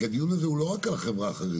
כי הדיון הזה הוא לא רק על החברה החרדית